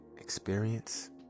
experience